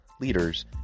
leaders